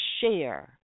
share